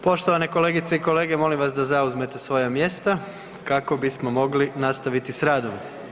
Poštovane kolegice i kolege, molim vas da zauzmete svoja mjesta kako bismo mogli nastaviti s radom.